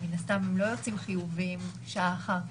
מן הסתם הם לא יוצאים חיוביים שעה אחר כך.